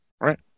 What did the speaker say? Right